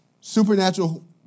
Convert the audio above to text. Supernatural